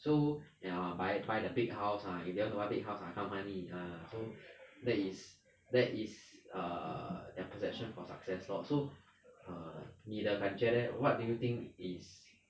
so and buy buy the big house lah if they want to big house ah come find me ah so that is that is err their perception of success so err 你的感觉 leh what do you think is